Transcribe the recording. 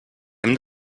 hem